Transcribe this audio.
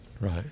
right